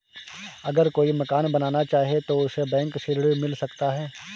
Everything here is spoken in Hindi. अगर कोई मकान बनाना चाहे तो उसे बैंक से ऋण मिल सकता है?